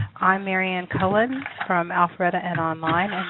i'm mary ann cullen from alpharetta and online